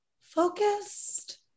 focused